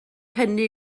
hynny